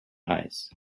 eyes